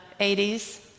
80s